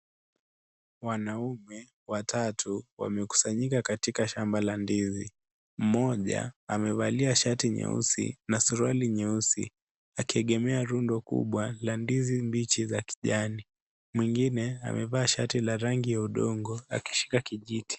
Wanaume watatu wamekusanyika katika shamba la ndizi. Mmoja amevalia shati nyeusi na suruali nyeusi, akiegemea rundo kubwa la ndizi mbichi za kijani mwingine ameva shati la rangi ya udongo akishika kijiti.